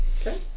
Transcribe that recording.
Okay